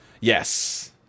Yes